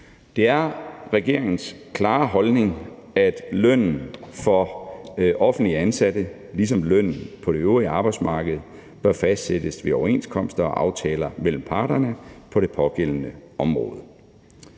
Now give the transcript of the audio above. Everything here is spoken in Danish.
Det er regeringens klare holdning, at lønnen for offentligt ansatte, ligesom lønnen på det øvrige arbejdsmarked, bør fastsættes ved overenskomster og aftaler mellem parterne på det pågældende område.